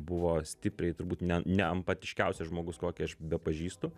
buvo stipriai turbūt ne neempatiškiausias žmogus kokį aš bepažįstu